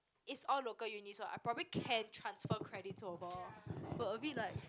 is all local uni so I probably can transfer credits over but a bit like